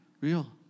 real